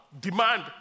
demand